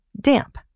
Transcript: damp